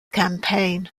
campaign